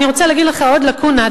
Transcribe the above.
אני יכולה להביא לך עוד לקוּנה,